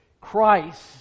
Christ